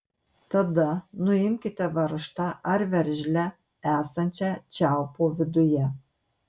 tada nuimkite varžtą ar veržlę esančią čiaupo viduje